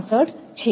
1 છે